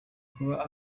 kuba